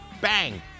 Bang